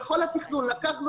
בכל התכנון לקחנו